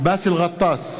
באסל גטאס,